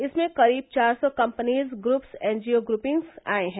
इसमें करीब चार सौ कम्पनीज ग्रप्स एनजीओ ग्रपिंग्स आए हैं